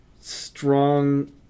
strong